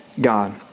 God